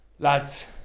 Lads